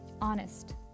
Honest